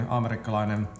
amerikkalainen